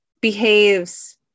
behaves